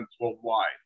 worldwide